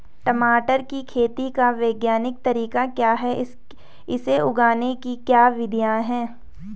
टमाटर की खेती का वैज्ञानिक तरीका क्या है इसे उगाने की क्या विधियाँ हैं?